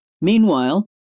Meanwhile